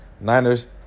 Niners